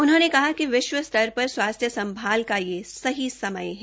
उन्होंने कहा कि विष्व स्तर पर स्वास्थ्य संभाल का यह सही समय है